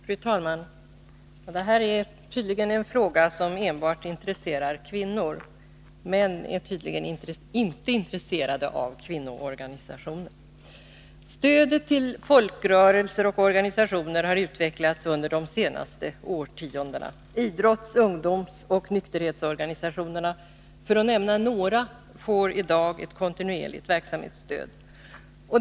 Fru talman! Det här är visst en fråga som enbart intresserar kvinnor. Män är tydligen inte intresserade av kvinnoorganisationer. Stödet till folkrörelser och organisationer har utvecklats under de senaste årtiondena. Idrotts-, ungdomsoch nykterhetsorganisationerna, för att nämna några, får i dag ett kontinuerligt verksamhetsstöd.